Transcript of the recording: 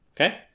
Okay